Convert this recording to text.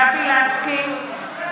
תחליפו יושב-ראש.